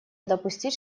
допустить